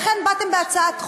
לכן באתם בהצעת חוק,